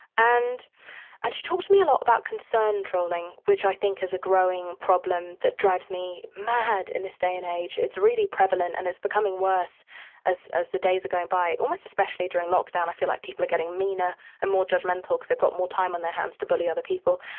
and and she talked to me a lot about concern trolling, which i think is a growing problem that drives me mad in this day and age. it's really prevalent and it's becoming worse as as the days are going by, almost especially during lockdown. i feel like people are getting meaner and more judgmental cause they've got more time on their hands to bully other people.